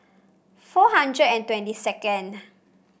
four hundred twenty second